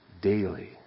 daily